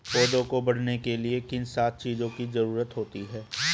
पौधों को बढ़ने के लिए किन सात चीजों की जरूरत होती है?